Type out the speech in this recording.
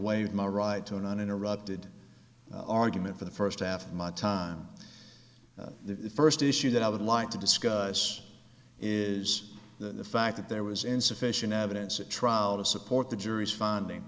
an uninterrupted argument for the first half of my time the first issue that i would like to discuss is the fact that there was insufficient evidence at trial to support the jury's finding